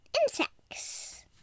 insects